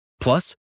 Plus